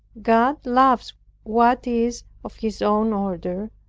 god loves what is of his own order,